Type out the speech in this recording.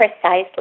Precisely